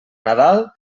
nadal